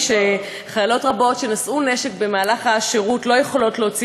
שחיילות רבות שנשאו נשק במהלך השירות לא יכולות להוציא